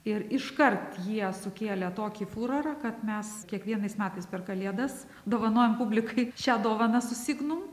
ir iškart jie sukėlė tokį furorą kad mes kiekvienais metais per kalėdas dovanojam publikai šią dovaną su signum